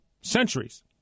centuries